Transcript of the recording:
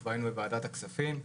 כבר היינו בוועדת הכספים.